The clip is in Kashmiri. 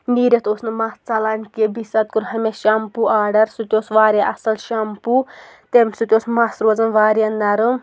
نیٖرِتھ اوس نہٕ مَس ژَلان کینٛہہ بیٚیہِ ساتہٕ کوٚر ہا مےٚ شَمپوٗ آرڈَر سُہ تہِ اوس واریاہ اَصٕل شَمپوٗ تمہِ سۭتۍ اوس مَس روزان واریاہ نَرٕم